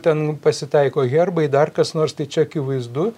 ten pasitaiko herbai dar kas nors tai čia akivaizdu